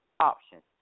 options